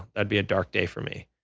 that would be a dark day for me.